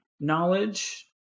knowledge